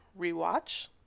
rewatch